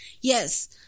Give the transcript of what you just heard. yes